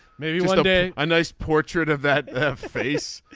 maybe one day a nice portrait of that face.